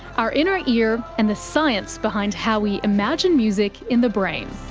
our inner ear, and the science behind how we imagine music in the brain.